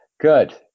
Good